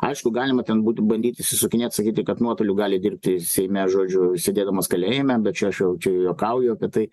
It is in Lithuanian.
aišku galima ten būtų bandyt išsisukinėt sakyti kad nuotoliu gali dirbti seime žodžiu sėdėdamas kalėjime bet čia aš jau čia juokauju apie tai